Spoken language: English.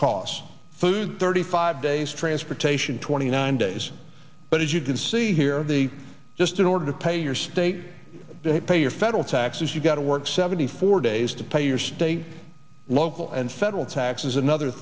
ts food thirty five days transportation twenty nine days but as you can see here the just in order to pay your state they pay your federal taxes you've got to work seventy four days to pay your state local and federal taxes another